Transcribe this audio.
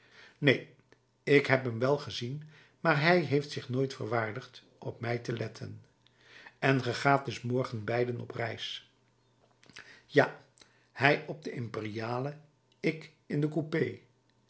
neen ik heb hem wel gezien maar hij heeft zich nooit verwaardigd op mij te letten en ge gaat dus morgen beiden op reis ja hij op de imperiale ik in de coupé